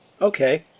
Okay